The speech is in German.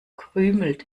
krümelt